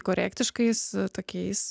korektiškais tokiais